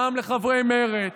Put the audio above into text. גם לחברי מרצ,